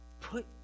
put